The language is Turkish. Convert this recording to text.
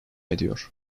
ediyor